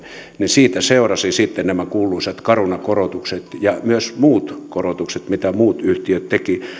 siitä seurasivat sitten nämä kuuluisat caruna korotukset ja myös muut korotukset mitä muut yhtiöt tekivät